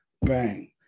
bang